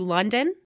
London